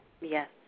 Yes